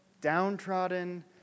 downtrodden